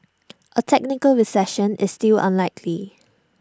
A technical recession is still unlikely